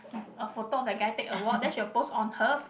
a photo of that guy take a award then she will post on her